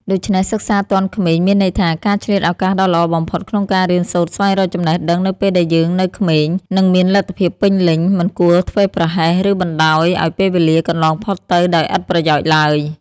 ដូច្នេះសិក្សាទាន់ក្មេងមានន័យថា ការឆ្លៀតឱកាសដ៏ល្អបំផុតក្នុងការរៀនសូត្រស្វែងរកចំណេះដឹងនៅពេលដែលយើងនៅក្មេង និងមានលទ្ធភាពពេញលេញ មិនគួរធ្វេសប្រហែស ឬបណ្តោយឱ្យពេលវេលាកន្លងផុតទៅដោយឥតប្រយោជន៍ឡើយ ។